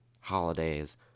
holidays